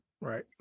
right